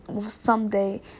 someday